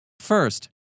First